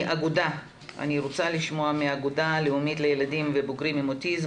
אני רוצה לשמוע מהאגודה הלאומית לילדים ובוגרים עם אוטיזם.